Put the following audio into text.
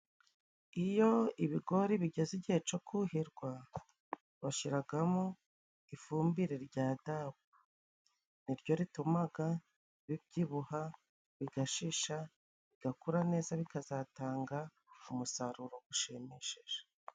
Iyo ibigori bigeze igihe co kuhirwa bashiragamo ifumbire rya dapu ni ryo ritumaga bibyibuha bigashisha bigakura neza bikazatanga umusaruro gushimishije.